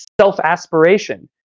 self-aspiration